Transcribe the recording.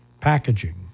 packaging